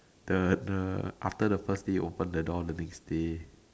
the the after the first day open the door the next day